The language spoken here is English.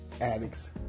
addicts